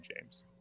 James